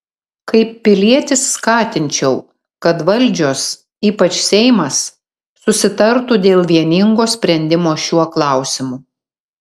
kaip pilietis skatinčiau kad valdžios ypač seimas susitartų dėl vieningo sprendimo šiuo klausimu